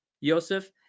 Yosef